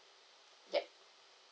yup